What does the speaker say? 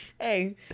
Hey